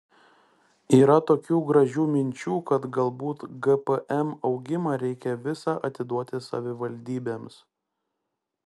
yra tokių gražių minčių kad galbūt gpm augimą reikia visą atiduoti savivaldybėms